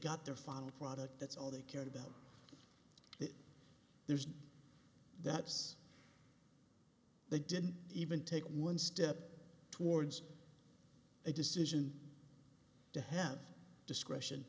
got their final product that's all they care about there's and that's they didn't even take one step towards a decision to have discretion